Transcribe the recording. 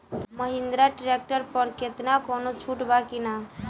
Mahindra tractor पर केतना कौनो छूट बा कि ना?